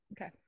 Okay